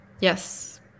Yes